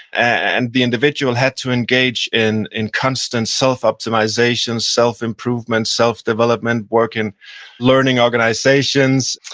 and the individual had to engage in in constant self-optimization, self-improvement, self-development work, and learning organizations,